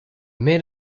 made